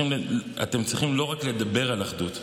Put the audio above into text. אתם צריכים לא רק לדבר על אחדות,